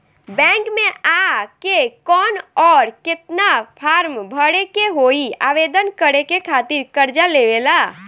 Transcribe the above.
Bank मे आ के कौन और केतना फारम भरे के होयी आवेदन करे के खातिर कर्जा लेवे ला?